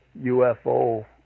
UFO